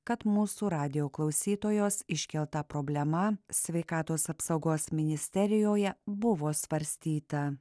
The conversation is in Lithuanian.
kad mūsų radijo klausytojos iškelta problema sveikatos apsaugos ministerijoje buvo svarstyta